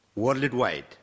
Worldwide